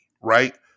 right